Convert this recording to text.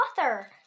author